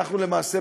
למעשה,